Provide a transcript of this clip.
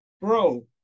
bro